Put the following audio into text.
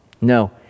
No